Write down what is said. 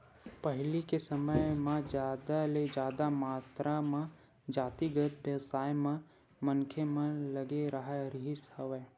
पहिली के समे म जादा ले जादा मातरा म जातिगत बेवसाय म मनखे मन लगे राहत रिहिस हवय